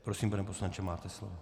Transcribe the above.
Prosím, pane poslanče, máte slovo.